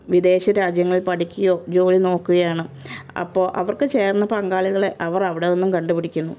വിദേശ രാജ്യങ്ങൾ പഠിക്കുകയോ ജോലി നോക്കുകയാണ് അപ്പോൾ അവർക്ക് ചേർന്ന പങ്കാളികളെ അവർ അവടെ നിന്നും കണ്ടുപിടിക്കുന്നു